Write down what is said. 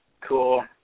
Cool